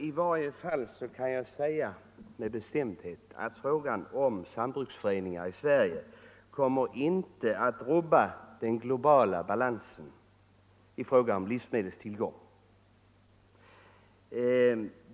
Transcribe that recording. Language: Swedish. I varje fall kan jag med bestämdhet säga att sambruksföreningar i Sverige inte kan rubba den globala balansen när det gäller livsmedelstillgången.